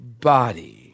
body